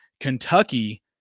Kentucky